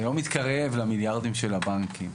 זה לא מתקרב למיליארדים של הבנקים.